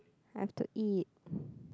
I have to eat